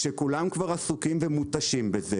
כשכולם כבר עסוקים ומותשים מזה,